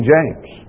James